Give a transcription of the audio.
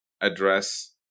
address